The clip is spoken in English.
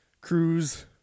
cruise